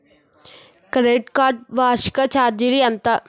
Credit card వార్షిక ఛార్జీలు ఎంత?